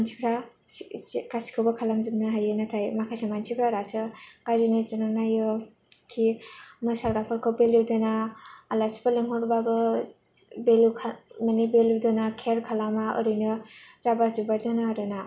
मानसिफोरा गासिखौबो खालामजोबनो हायो नाथाइ माखासे मानसिफोरासो गाज्रि नोजोर जों नायो खि मोसाग्राफोरखै भेलु दोना आलासिफोर लिंहरबाबो भेलु दोना खेयार खालामा ओरैनो जाब्बा जुब्बा दोनो आरोना